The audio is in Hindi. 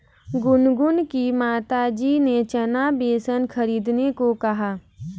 गुनगुन की माताजी ने चना बेसन खरीदने को कहा